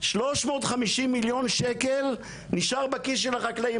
350 מיליון שקלים נשארים בכיס של החקלאי,